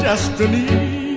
Destiny